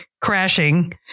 crashing